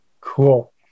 Cool